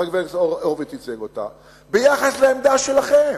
שחבר הכנסת הורוביץ ייצג אותה, ביחס לעמדה שלכם.